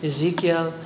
Ezekiel